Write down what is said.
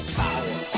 power